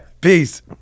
peace